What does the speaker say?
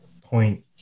point